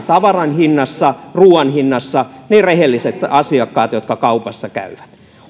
tavaran hinnassa ruoan hinnassa ne rehelliset asiakkaat jotka kaupassa käyvät